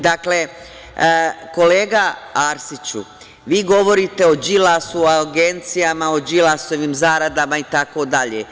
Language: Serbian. Dakle, kolega Arsiću, vi govorite o Đilasu, o agencijama, o Đilasovim zaradama, itd.